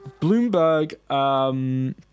Bloomberg